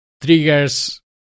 triggers